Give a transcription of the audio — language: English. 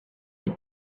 had